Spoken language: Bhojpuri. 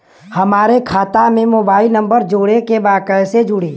हमारे खाता मे मोबाइल नम्बर जोड़े के बा कैसे जुड़ी?